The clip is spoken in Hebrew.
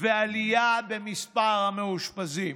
ועלייה במספר המאושפזים.